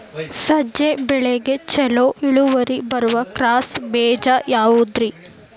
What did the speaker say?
ಸಜ್ಜೆ ಬೆಳೆಗೆ ಛಲೋ ಇಳುವರಿ ಬರುವ ಕ್ರಾಸ್ ಬೇಜ ಯಾವುದ್ರಿ?